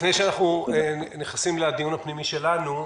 לפני שאנחנו נכנסים לדיון הפנימי שלנו,